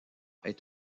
est